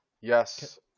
Yes